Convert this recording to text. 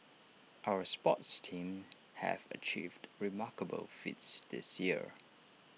our sports teams have achieved remarkable feats this year